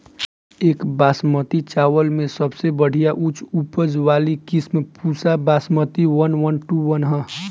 एक बासमती चावल में सबसे बढ़िया उच्च उपज वाली किस्म Pusa Basmati one one two one ह?